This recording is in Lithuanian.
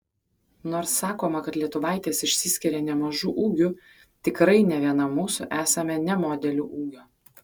nors sakoma kad lietuvaitės išsiskiria nemažu ūgiu tikrai ne viena mūsų esame ne modelių ūgio